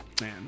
man